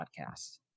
podcast